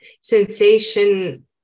sensation